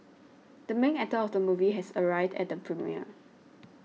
the main actor of the movie has arrived at the premiere